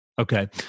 Okay